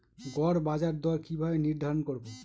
গড় বাজার দর কিভাবে নির্ধারণ করব?